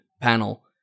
panel